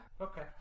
Okay